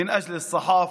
בשביל התקשורת,